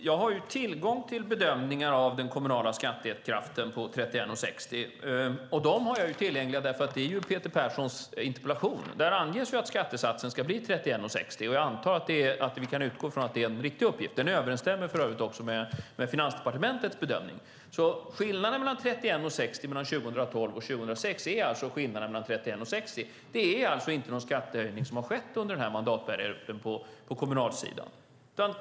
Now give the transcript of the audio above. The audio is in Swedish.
Herr talman! Jag har tillgång till bedömningar av den kommunala skattekraften på 31:60. Dem har jag tillgängliga därför att de finns i Peter Perssons interpellation. Där anges att skattesatsen ska bli 31:60, och jag antar att vi kan utgå från att det är en riktig uppgift. Den överensstämmer för övrigt också med Finansdepartementets bedömning. Skillnaden mellan 2006 och 2012 är skillnaden mellan 31:60 och 31:60. Det har alltså inte skett någon skattehöjning under den här mandatperioden på kommunalsidan.